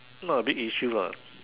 not a big issue lah